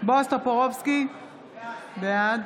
בועז טופורובסקי, בעד